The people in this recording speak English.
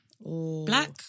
Black